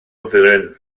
ddulyn